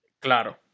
Claro